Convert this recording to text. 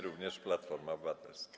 również Platforma Obywatelska.